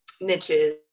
niches